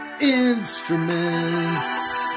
instruments